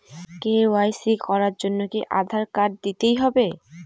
KYC করার জন্য কি আধার কার্ড দিতেই হবে?